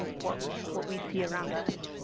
what what we see around us.